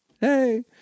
Hey